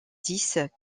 dix